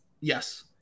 Yes